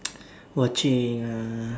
watching ah